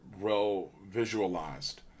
well-visualized